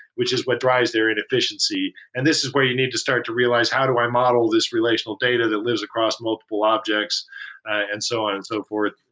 which is what drives their inefficiency. and this is where you need to start to realize how do i model this relational data that lives across multiple objects and so on and so forth.